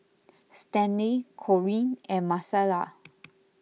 Stanley Corinne and Marcela